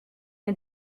est